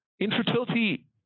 infertility